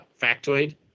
factoid